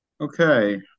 Okay